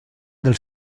del